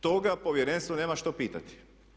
Toga povjerenstvo nema što pitati?